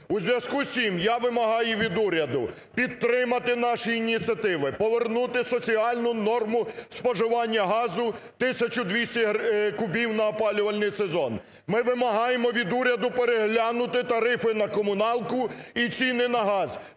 У зв'язку з цим я вимагаю від уряду підтримати наші ініціативи, повернути соціальну норму споживання газу – 1200 кубів на опалювальний сезон. Ми вимагаємо від уряду переглянути тарифи на комуналку і ціни на газ